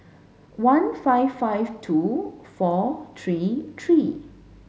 one five five two four three three